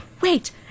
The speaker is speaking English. Wait